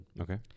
Okay